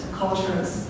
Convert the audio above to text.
cultures